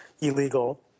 illegal